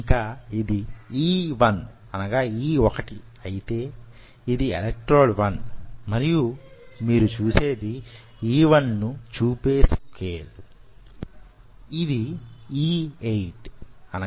ఇంకా ఇది E1 అయితే యిది ఎలక్ట్రోడ్ 1 మరియు మీరు చూసేది E1 ను చూపే స్కేలు యిది E8